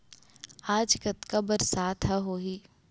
आज कतका बरसात ह होही?